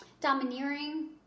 domineering